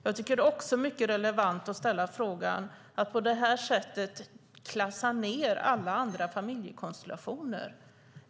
Jag tycker också att det är mycket relevant att ifrågasätta att på det här sättet klassa ned alla andra familjekonstellationer.